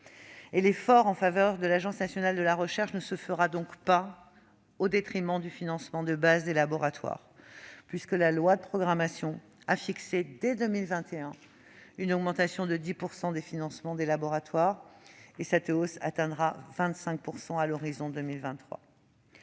L'effort en faveur de l'Agence nationale de la recherche ne se fera donc pas au détriment du financement de base des laboratoires. La loi de programmation de la recherche a ainsi fixé, pour 2021, une augmentation de 10 % des financements de base des laboratoires, et cette hausse atteindra 25 % à l'horizon de 2023.